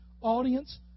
audience